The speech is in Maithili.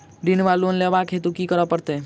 ऋण वा लोन लेबाक हेतु की करऽ पड़त?